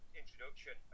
introduction